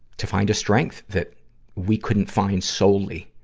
to find a strength that we couldn't find solely